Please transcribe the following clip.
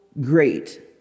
great